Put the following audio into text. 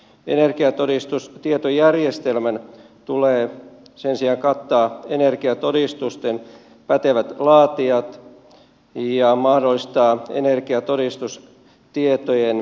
energiatodistustietojärjestelmän tulee sen sijaan kattaa energiatodistusten pätevät laatijat ja mahdollistaa energiatodistustietojen vertailu